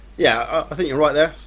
yeah i think you're right there,